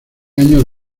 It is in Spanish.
años